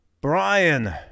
Brian